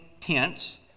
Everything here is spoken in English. tents